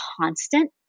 constant